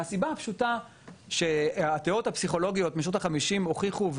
מהסיבה הפשוטה שהתיאוריות הפסיכולוגיות משנות ה-50 הוכיחו,